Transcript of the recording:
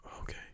Okay